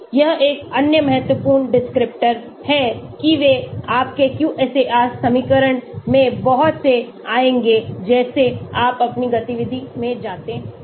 यह एक अन्य महत्वपूर्ण descriptor है कि वे आपके QSAR समीकरण में बहुत से आएंगे जैसे आप अपनी गतिविधि में जाते हैं